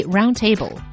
Roundtable